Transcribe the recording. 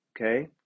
Okay